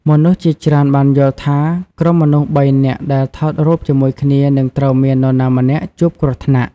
មនុស្សជាច្រើនបានយល់ថា ក្រុមមនុស្សបីនាក់ដែលថតរូបជាមួយគ្នានឹងត្រូវមាននរណាម្នាក់ជួបគ្រោះថ្នាក់។